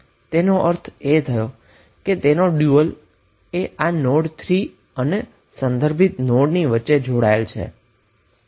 તેનો અર્થ એ થયો કે આ જોડાયેલા હશે આના ડયુઅલએ નોડ 3 અને ફક્ત રેફેરન્સ નોડની વચ્ચે જોડાયેલ હશે